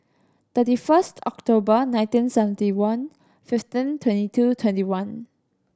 thirty first October nineteen seventy one fifteen twenty two twenty one